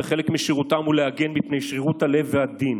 וחלק משירותם הוא להגן מפני שרירות הלב והדין.